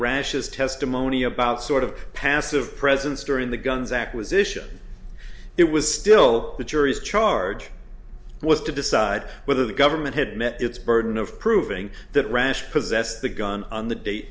rashes testimony about sort of passive presence during the guns acquisition it was still the jury's charge was to decide whether the government had met its burden of proving that rash possessed the gun on the date